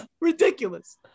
Ridiculous